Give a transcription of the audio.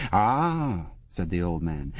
ah, said the old man,